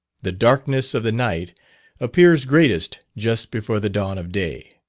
the darkness of the night appears greatest just before the dawn of day.